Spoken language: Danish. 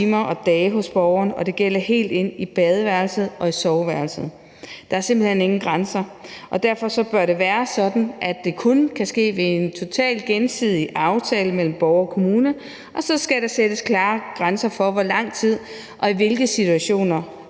timer og dage hos borgeren, og det gælder helt ind i badeværelset og i soveværelset. Der er simpelt hen ingen grænser, og derfor bør det være sådan, at det kun kan ske ved en totalt gensidig aftale mellem borger og kommune, og så skal der sættes klare grænser for, hvor lang tid og i hvilke situationer